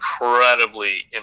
incredibly